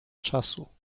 czasu